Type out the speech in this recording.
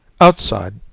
Outside